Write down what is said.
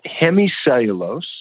hemicellulose